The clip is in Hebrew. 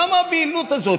למה הבהילות הזאת?